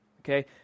okay